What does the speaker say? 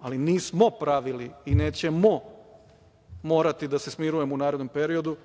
ali nismo pravili i nećemo morati da se smirujemo u narednom periodu,